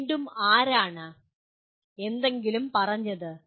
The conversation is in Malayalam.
വീണ്ടും ആരാണ് എന്തെങ്കിലും പറഞ്ഞത്